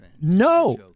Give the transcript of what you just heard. No